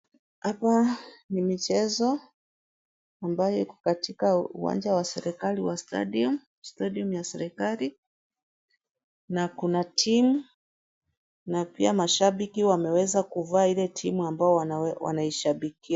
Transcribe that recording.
Hapa ni michezo ambayo iko katika uwanja wa serikali wa stadium stadium ya serikali na kuna timu na pia mashabiki wameweza kuvaa ile timu ambao wanaishabikia.